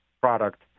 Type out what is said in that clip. product